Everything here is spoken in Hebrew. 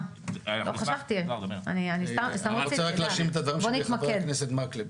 אני רוצה רק להשלים את הדברים של חבר הכנסת מקלב.